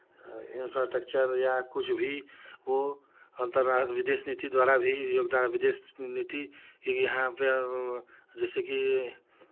infrastructure या कुछ भी वो अंतर्रा विदेश नीति द्वारा भी योगदान विदेश नीति एक यहाँ पे जैसे कि